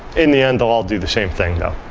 in the end, they'll all do the same thing though.